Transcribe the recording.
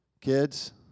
kids